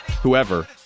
whoever